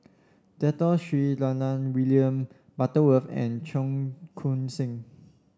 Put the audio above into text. Dato Sri William Butterworth and Cheong Koon Seng